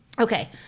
Okay